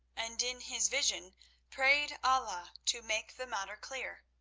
and in his vision prayed allah to make the matter clear.